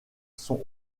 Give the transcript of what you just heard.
sont